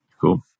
Cool